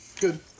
Good